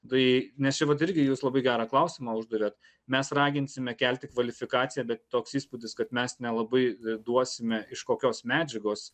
tai nes čia vat irgi jūs labai gerą klausimą uždavėt mes raginsime kelti kvalifikaciją bet toks įspūdis kad mes nelabai duosime iš kokios medžiagos